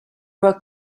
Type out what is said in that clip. were